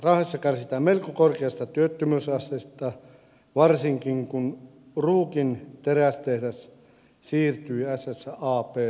raahessa kärsitään melko korkeasta työttömyysasteesta varsinkin kun ruukin terästehdas siirtyi ssabn omistukseen